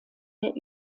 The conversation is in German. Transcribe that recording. der